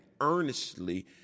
earnestly